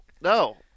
no